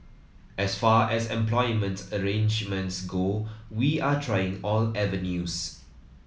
as far as employment arrangements go we are trying all avenues